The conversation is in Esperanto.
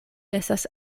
estas